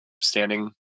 standing